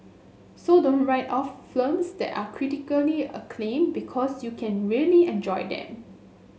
so don't write off films that are critically acclaimed because you can really enjoy them